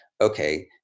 okay